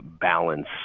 balance